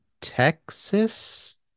Texas